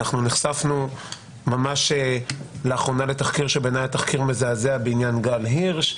נחשפנו ממש לאחרונה לתחקיר שבעיניי היה תחקיר מזעזע בעניין גל הירש.